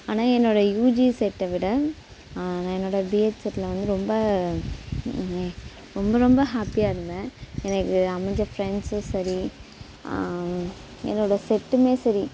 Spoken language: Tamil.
ஆனால் என்னோடய யூஜி செட்டை விட என்னோடய பிஎட் செட்ல வந்து ரொம்ப ரொம்ப ரொம்ப ஹேப்பியாக இருந்தேன் எனக்கு அமைஞ்ச ஃபிரண்ட்ஸும் சரி என்னோடய செட்டுமே சரி